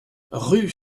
rue